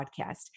podcast